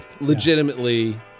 legitimately